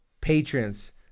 patrons